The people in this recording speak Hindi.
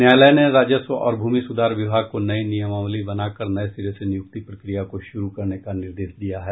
न्यायालय ने राजस्व और भूमि सुधार विभाग को नयी नियमावली बना कर नये सिरे से नियुक्ति प्रक्रिया को शुरू करने का निर्देश दिया है